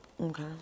Okay